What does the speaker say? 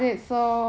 I mean